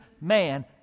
man